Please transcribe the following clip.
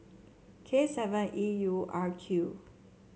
K seven E U R Q